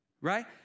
Right